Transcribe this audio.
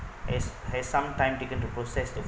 has has some time taken to process to